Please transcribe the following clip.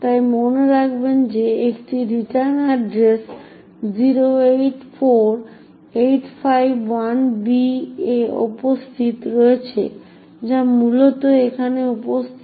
তাই মনে রাখবেন যে একটি রিটার্ন অ্যাড্রেস 084851b এ উপস্থিত রয়েছে যা মূলত এখানে উপস্থিত